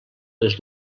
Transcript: les